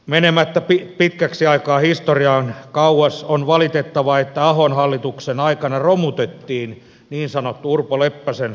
menemättä pitkäksi aikaa historiaan kauas on valitettavaa että ahon hallituksen aikana romutettiin niin sanottu urpo leppäsen työllisyyslaki